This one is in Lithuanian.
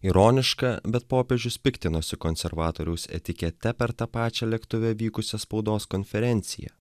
ironiška bet popiežius piktinosi konservatoriaus etikete per tą pačią lėktuve vykusią spaudos konferenciją